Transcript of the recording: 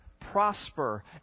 prosper